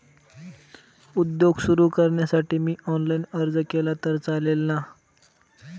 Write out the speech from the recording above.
उद्योग सुरु करण्यासाठी मी ऑनलाईन अर्ज केला तर चालेल ना?